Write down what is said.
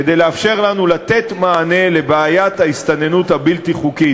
כדי לאפשר לנו לתת מענה על בעיית ההסתננות הבלתי-חוקית.